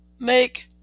Make